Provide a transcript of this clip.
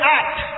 act